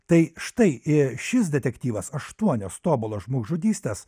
tai štai šis detektyvas aštuonios tobulos žmogžudystės